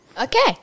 Okay